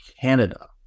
Canada